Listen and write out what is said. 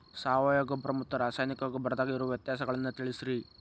ಸಾವಯವ ಗೊಬ್ಬರ ಮತ್ತ ರಾಸಾಯನಿಕ ಗೊಬ್ಬರದಾಗ ಇರೋ ವ್ಯತ್ಯಾಸಗಳನ್ನ ತಿಳಸ್ರಿ